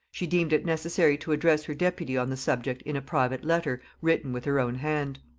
she deemed it necessary to address her deputy on the subject in a private letter written with her own hand.